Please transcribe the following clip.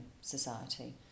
Society